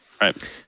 Right